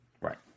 Right